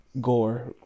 gore